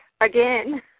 again